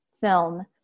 film